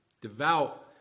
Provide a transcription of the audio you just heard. Devout